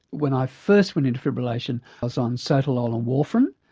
when i first went into fibrillation i was on sotalol and warfarin,